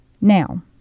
now